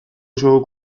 osoko